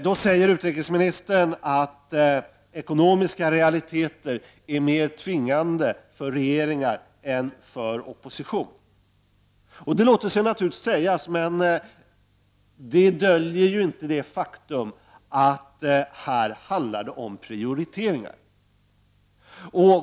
Då säger utrikesministern att ekonomiska realiteter är mer tvingande för regeringar än för opposition. Det låter sig naturligtvis sägas, men det döljer inte det faktum att det här handlar om prioriteringar.